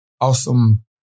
awesome